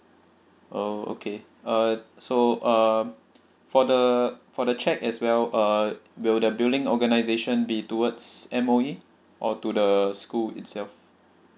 oh okay uh so uh for the for the cheque as well uh will the billing organization be towards M_O_E or to the school itself